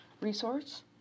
resource